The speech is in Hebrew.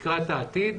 לקראת העתיד.